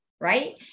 Right